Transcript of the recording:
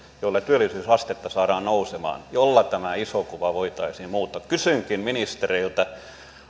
joilla työllisyysastetta saadaan nousemaan ja joilla tämä iso kuva voitaisiin muuttaa kysynkin ministereiltä